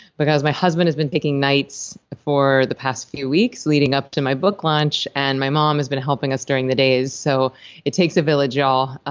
because my husband has been taking nights for the past few weeks leading up to my book launch, and my mom has been helping us during the days. so it takes a village, y'all. ah